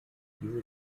diese